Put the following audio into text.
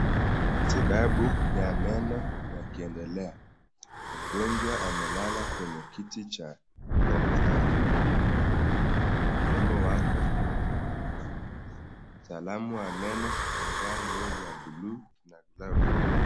Matibabu ya meno yakiendelea, mgonjwa amelala kwenye kiti cha daktari wa meno na mdomo wake umefunguka mtaalamu wa meno amevaa nguo za buluu na glavu.